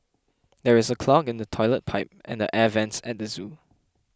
there is a clog in the Toilet Pipe and the Air Vents at the zoo